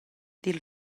dil